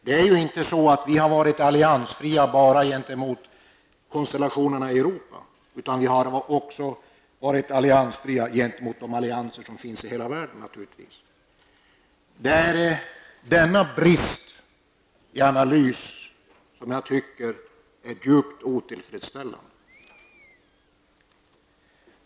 Vi har ju inte varit alliansfria bara mot konstellationerna i Europa, utan vi har också stått fritt i förhållande till de allianser som finns i hela världen. Det är denna brist på analys som jag tycker är djupt otillfredsställande.